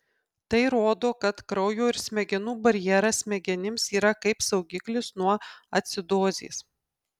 tai rodo kad kraujo ir smegenų barjeras smegenims yra kaip saugiklis nuo acidozės